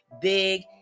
big